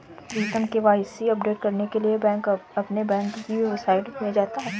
प्रीतम KYC update करने के लिए अपने बैंक की वेबसाइट में जाता है